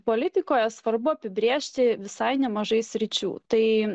politikoje svarbu apibrėžti visai nemažai sričių tai